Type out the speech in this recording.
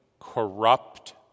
corrupt